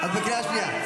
את בקריאה שנייה.